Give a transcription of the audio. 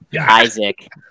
Isaac